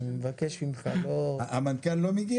אפס הכנסה במשך שנה וחצי.